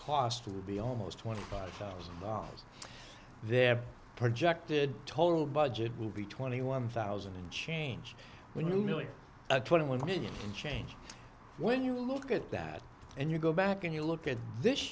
cost will be almost twenty five thousand dollars their projected total budget will be twenty one thousand and change when you really are twenty one million change when you look at that and you go back and you look at this